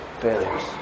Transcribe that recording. failures